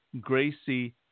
Gracie